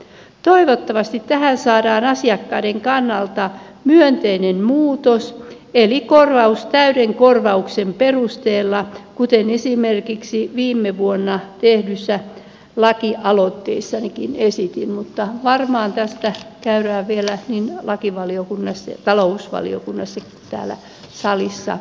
toivottavasti tähän saadaan asiakkaiden kannalta myönteinen muutos eli korvaus täyden korvauksen perusteella kuten esimerkiksi viime vuonna tehdyssä lakialoitteessanikin esitin mutta varmaan tästä käytetään vielä niin lakivaliokunnassa talousvaliokunnassa kuin täällä salissakin hyviä puheenvuoroja